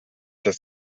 das